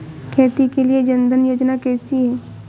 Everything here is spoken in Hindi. खेती के लिए जन धन योजना कैसी है?